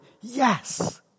Yes